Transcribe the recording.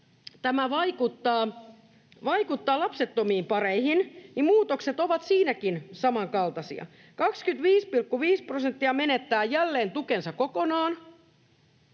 vaikuttaa lapsettomiin pareihin, niin muutokset ovat siinäkin samankaltaisia. 25,5 prosenttia menettää jälleen tukensa kokonaan,